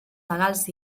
legals